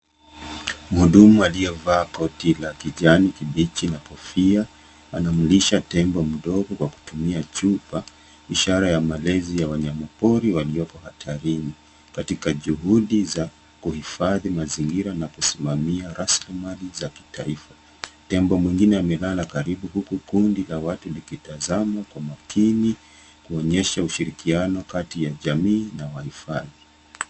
Mhudumu aliyevaa koti la kijani kibichi na kofia, anamlisha tembo mdogo kwa kutumia chupa, ishara ya malezi ya wanyamapori waliyoko hatarini. Katika juhudi za kuhifadhi mazingira na kusimamia rasilimali za kitaifa. Tembo mwingine amelala karibu huku kundi la watu likitazama kwa umakini kuonyesha ushirikiano kati ya jamii na wahifadhi.